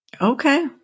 Okay